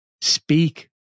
Speak